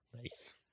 nice